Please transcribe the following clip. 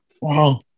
Wow